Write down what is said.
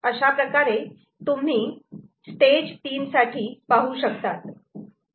अशाप्रकारे तुम्ही 3 साठी पाहू शकतात